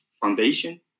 foundation